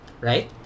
Right